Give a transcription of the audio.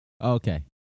Okay